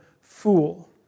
fool